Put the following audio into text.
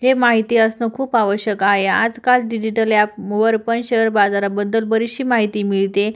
हे माहिती असणं खूप आवश्यक आहे आजकाल डिजिटल ॲपवर पण शअर बाजाराबद्दल बरीचशी माहिती मिळते